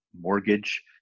mortgage